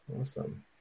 Awesome